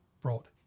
brought